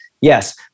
Yes